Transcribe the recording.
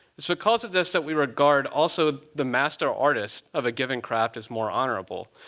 it's because of this that we regard, also, the master artist of a given craft as more honorable,